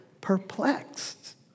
perplexed